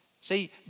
See